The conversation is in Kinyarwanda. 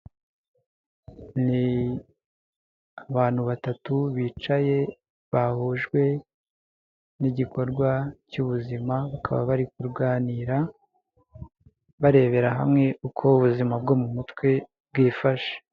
Ni abantu batatu, bicaye bahujwe n'igikorwa cy'ubuzima bakaba bari kuganira, barebera hamwe uko ubuzima bwo mu mutwe bwifashe.